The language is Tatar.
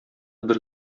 бер